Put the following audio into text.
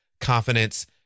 confidence